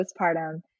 postpartum